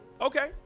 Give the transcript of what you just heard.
Okay